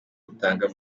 rutanga